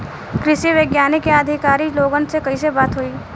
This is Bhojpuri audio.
कृषि वैज्ञानिक या अधिकारी लोगन से कैसे बात होई?